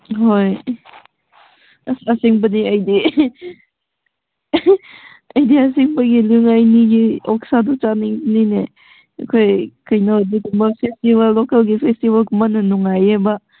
ꯍꯣꯏ ꯑꯁ ꯑꯁꯦꯡꯕꯗꯤ ꯑꯩꯗꯤ ꯑꯩꯗꯤ ꯑꯁꯦꯡꯕꯒꯤ ꯂꯨꯏꯉꯥꯏꯅꯤꯒꯤ ꯑꯣꯛꯁꯥꯗꯣ ꯆꯥꯅꯤꯡꯉꯤꯅꯤꯅꯦ ꯑꯩꯈꯣꯏ ꯀꯩꯅꯣ ꯑꯗꯨꯒꯨꯝꯕ ꯐꯦꯁꯇꯤꯕꯦꯜ ꯃꯈꯜꯒꯤ ꯐꯦꯁꯇꯤꯕꯦꯜꯒꯨꯝꯕꯅ ꯅꯨꯡꯉꯥꯏꯌꯦꯕ